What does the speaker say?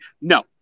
No